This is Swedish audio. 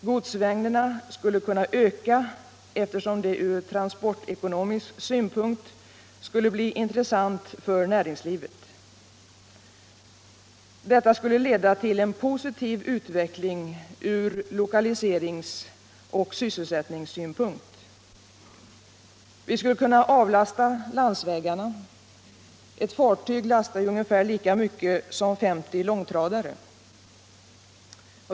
Godsmängderna skulle kunna öka, eftersom det ur transportekonomisk synpunkt skulle bli intressant för näringslivet. Detta skulle leda till en positiv utveckling ur lokaliseringsoch sysselsättningssynpunkt. Vi skulle kunna avlasta landsvägarna; ett fartyg lastar ungefär lika mycket som 50 långtradare.